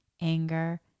anger